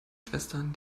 schwestern